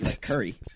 Curry